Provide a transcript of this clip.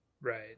Right